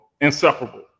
inseparable